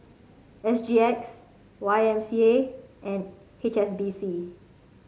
S G X Y M C A and H S B C